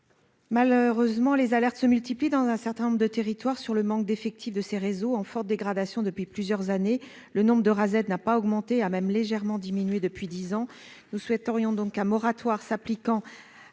malheureusement les alertes se multiplient dans un certain nombre de territoires sur le manque d'effectifs, de ses réseaux en forte dégradation depuis plusieurs années, le nombre de Rased n'a pas augmenté a même légèrement diminué depuis 10 ans, nous souhaiterions donc un moratoire s'appliquant